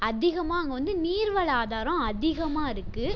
அதிகமாக அங்கே வந்து நீர் வள ஆதாரம் அதிகமாக இருக்குது